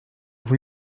vous